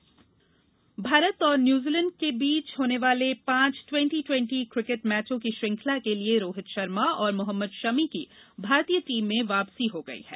cricket team Bharat और New Zealand के बीच होने वाले पांच ट्वंटी ट्वंटी क्रिकेट मैचों की श्रृंखला के लिए रोहित शर्मा और मोहम्मद शमी की भारतीय टीम में वापसी हो गयी है